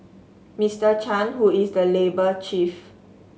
Mister Chan who is the labour chief